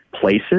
places